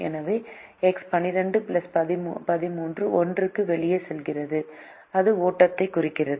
எனவே x 12 x 13 1 க்கு வெளியே செல்கிறது அது ஓட்டத்தை குறிக்கிறது